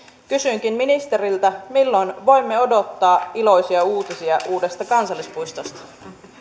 kysynkin ministeriltä milloin voimme odottaa iloisia uutisia uudesta kansallispuistosta